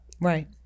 Right